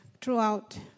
Throughout